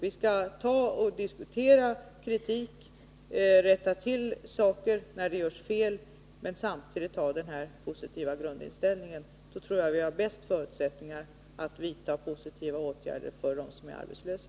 Vi skall diskutera kritik och rätta till saker när de görs felaktigt, men samtidigt skall vi ha den här positiva grundinställningen, för då tror jag att vi har de bästa förutsättningarna att vidta positiva åtgärder för dem som är arbetslösa.